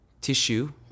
tissue